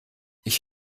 ich